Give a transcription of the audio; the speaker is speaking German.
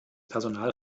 personal